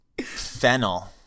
Fennel